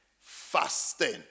fasting